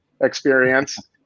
experience